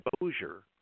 exposure